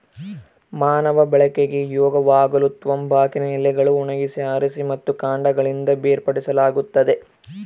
ಮಾನವ ಬಳಕೆಗೆ ಯೋಗ್ಯವಾಗಲುತಂಬಾಕಿನ ಎಲೆಗಳನ್ನು ಒಣಗಿಸಿ ಆರಿಸಿ ಮತ್ತು ಕಾಂಡಗಳಿಂದ ಬೇರ್ಪಡಿಸಲಾಗುತ್ತದೆ